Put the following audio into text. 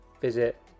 visit